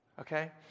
Okay